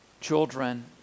children